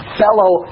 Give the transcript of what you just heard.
fellow